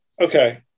Okay